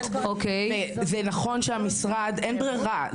נכון שאין ברירה,